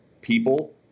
people